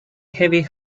heavy